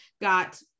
got